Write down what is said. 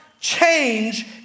change